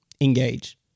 engage